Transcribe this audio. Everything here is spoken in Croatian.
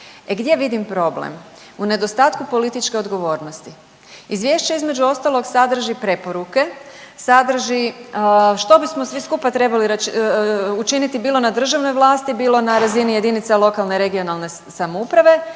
E gdje vidim problem? U nedostatku političke odgovornosti. Izvješće između ostalog sadrži preporuke, sadrži što bismo svi skupa trebali učiniti bilo na državnoj vlasti, bilo na razini JLRS i to bilo da smo na